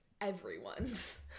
everyone's